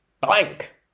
blank